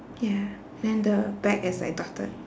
ya then the back is like dotted